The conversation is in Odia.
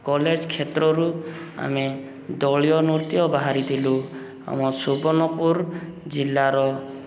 କଲେଜ କ୍ଷେତ୍ରରୁ ଆମେ ଦଳୀୟ ନୃତ୍ୟ ବାହାରିଥିଲୁ ଆମ ସୁବର୍ଣ୍ଣପୁର ଜିଲ୍ଲାର